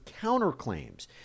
counterclaims